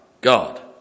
God